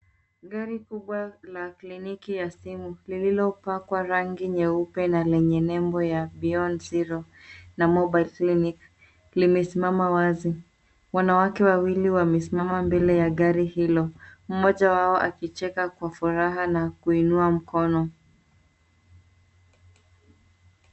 Gari kubwa la kliniki ya simu, lililopakwa rangi nyeupe na lenye nebo ya, Beyond Zero na Mobile clinic, limesimama wazi. Wanawake wawili wamesimama mbele ya gari hilo. Mmoja wao akicheka kwa furaha na kuinua mkono.